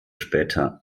später